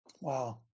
Wow